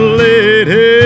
lady